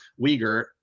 Uyghur